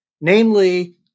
namely